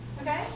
Okay